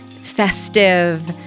festive